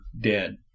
dead